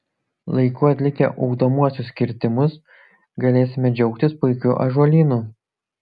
laiku atlikę ugdomuosius kirtimus galėsime džiaugtis puikiu ąžuolynu